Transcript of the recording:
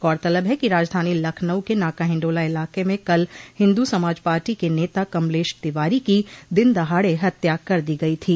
गौरतलब है कि राजधानी लखनऊ के नाका हिण्डोला इलाके में कल हिन्दू समाज पार्टी के नेता कमलेश तिवारी की दिन दहाड़े हत्या कर दी गयी थी